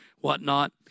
whatnot